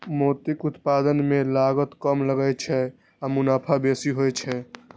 मोतीक उत्पादन मे लागत कम लागै छै आ मुनाफा बेसी होइ छै